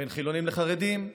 בין חילונים לחרדים,